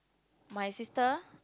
my sister